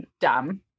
dumb